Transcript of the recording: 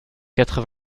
quatre